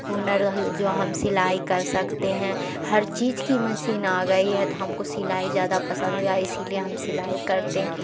ہنر جو ہم سلائی کر سکتے ہیں ہر چیز کی مسین آ گئی ہے تو ہم کو سلائی زیادہ پسند یا اسی لیے ہم سلائی کرتے